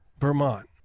Vermont